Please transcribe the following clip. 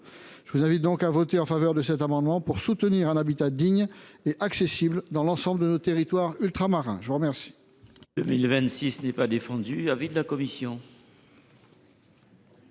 Je vous invite donc à voter en faveur de cet amendement pour défendre un habitat digne et accessible dans l’ensemble de nos territoires ultramarins. L’amendement